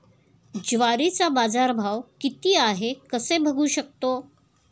ज्वारीचा बाजारभाव किती आहे कसे बघू शकतो?